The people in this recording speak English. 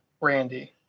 Randy